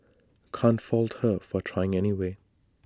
can't fault her for trying anyway